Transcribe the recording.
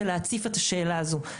הזה, של להציף את השאלה הזאת.